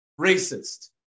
racist